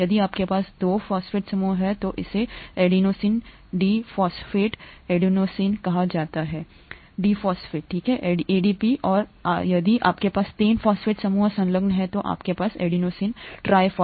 यदि आपके पास 2 फॉस्फेट समूह हैं तो इसे एडेनोसिन डिपोस्फेट एडेनोसिन कहा जाता है डिपॉस्फेट ठीक है एडीपी और यदि आपके पास 3 फॉस्फेट समूह संलग्न हैं तो आपके पास एडेनोसिन है triphosphate